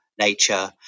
nature